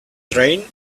train